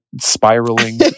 spiraling